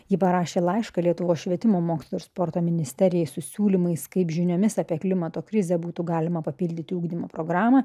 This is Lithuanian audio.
ji parašė laišką lietuvos švietimo mokslo ir sporto ministerijai su siūlymais kaip žiniomis apie klimato krizę būtų galima papildyti ugdymo programą